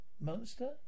Monster